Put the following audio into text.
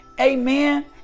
Amen